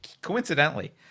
coincidentally